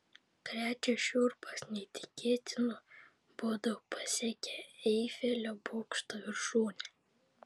krečia šiurpas neįtikėtinu būdu pasiekė eifelio bokšto viršūnę